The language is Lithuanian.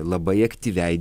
labai aktyviai